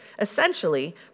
Essentially